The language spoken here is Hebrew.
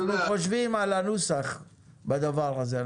אנחנו חושבים על הנוסח בדבר הזה.